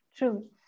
True